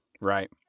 Right